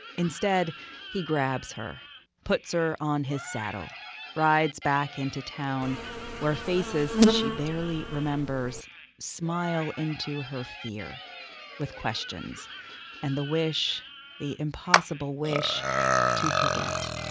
instead he grabs her puts her on his saddle rides back into town where faces she barely remembers smile into her fear with questions and the wish the impossible wish to forget.